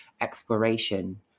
exploration